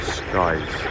skies